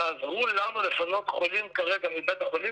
תעזרו לנו לפנות חולים כרגע מבית החולים,